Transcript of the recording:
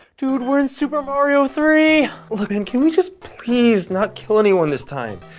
dude, we're in super mario three! look, ian, can we just please not kill anyone this time?